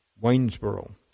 Waynesboro